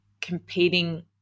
competing